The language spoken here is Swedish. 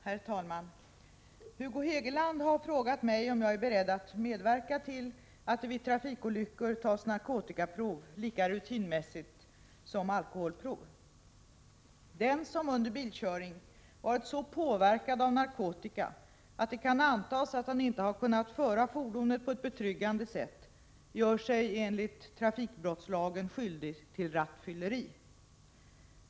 Herr talman! Hugo Hegeland har frågat mig om jag är beredd att medverka till att det vid trafikolyckor tas narkotikaprov lika rutinmässigt som alkoholprov. Den som under bilkörning varit så påverkad av narkotika att det kan antas att han inte har kunnat föra fordonet på ett betryggande sätt gör sig enligt trafikbrottslagen skyldig till rattfylleri.